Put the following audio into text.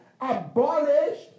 abolished